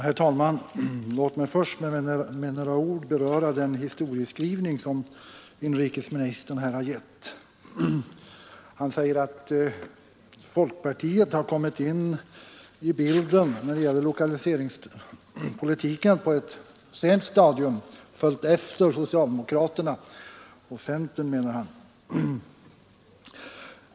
Herr talman! Låt mig först med några ord beröra den historieskrivning som inrikesministern här har gett. Han säger att när det gäller lokaliseringspolitiken har folkpartiet kommit in i bilden på ett sent stadium — följt efter socialdemokraterna och centern, menar han.